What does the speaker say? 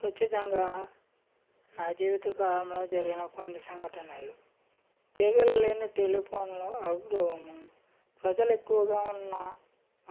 ఖచ్చితంగా నా జీవిత కాలంలో జరిగిన కొన్ని సంఘటనలు తీగలు లేని టెలిఫోన్లో అబ్రోము ప్రజలు ఎక్కువగా ఉన్నా